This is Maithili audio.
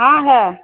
हाँ हय